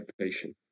patient